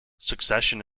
succession